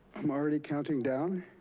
i'm already counting down?